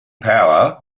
power